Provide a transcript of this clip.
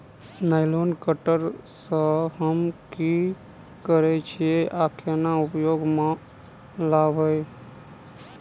Nylon cutter सँ हम की करै छीयै आ केना उपयोग म लाबबै?